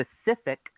specific